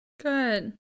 Good